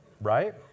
right